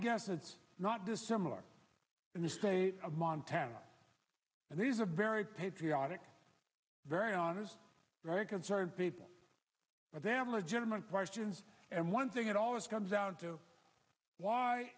guess it's not dissimilar in the state of montana and he's a very patriotic very honest very concerned people but damn legitimate questions and one thing it always comes down to why